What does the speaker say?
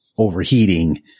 Overheating